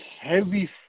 heavy